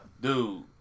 dude